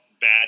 bad